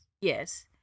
Yes